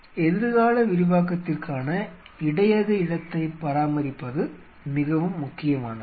எனவே எதிர்கால விரிவாக்கத்திற்கான இடையக இடத்தைப் பராமரிப்பது மிகவும் முக்கியமானது